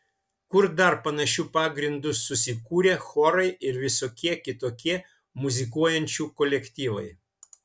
kur dar panašiu pagrindu susikūrę chorai ir visokie kitokie muzikuojančių kolektyvai